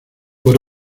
por